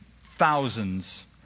thousands